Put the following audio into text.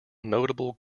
notable